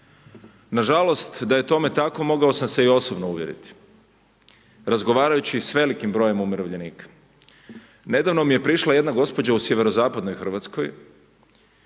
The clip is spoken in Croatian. Nažalost da je tome tako, mogao sam se i osobno uvjeriti. Razgovarajući sa velikim brojem umirovljenika, nedavno mi je prišla jedna gospođa u sjeverozapadnoj Hrvatskoj